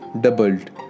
doubled